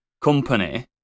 company